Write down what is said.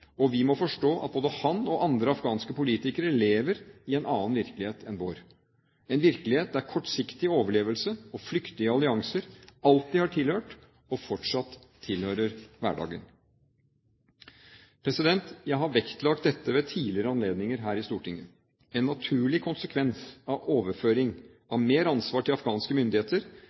og vi må forstå at både han og andre afghanske politikere lever i en annen virkelighet enn vår – en virkelighet der kortsiktig overlevelse og flyktige allianser alltid har tilhørt – og fortsatt tilhører – hverdagen. Jeg har vektlagt dette ved tidligere anledninger her i Stortinget: En naturlig konsekvens av overføring av mer ansvar til afghanske myndigheter